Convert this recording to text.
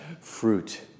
fruit